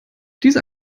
diese